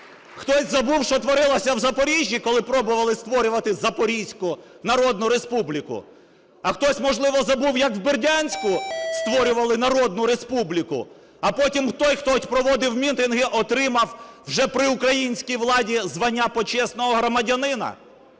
Хтось забув, що творилося в Запоріжжі, коли пробували створювати "Запорізьку народну республіку"? А хтось, можливо, забув як Бердянську створювали народну республіку, а потім той, хто проводив мітинги, отримав вже при українській владі звання почесного громадянина?